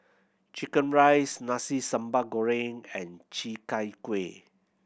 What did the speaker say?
chicken rice Nasi Sambal Goreng and Chi Kak Kuih